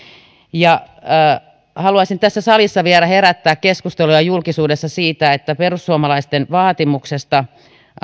haluaisin vielä herättää keskustelua tässä salissa ja julkisuudessa siitä että perussuomalaisten vaatimuksesta